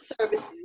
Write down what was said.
services